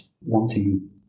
wanting